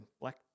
black